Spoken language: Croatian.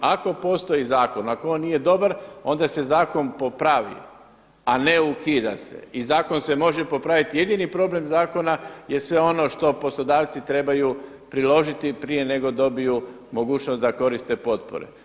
Ako postoji zakon, ako on nije dobar onda se zakon popravi a ne ukida se i zakon se može popraviti, jedini problem zakona je sve ono što poslodavci trebaju priložiti prije nego dobiju mogućnost da koriste potpore.